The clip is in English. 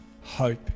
hope